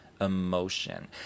Emotion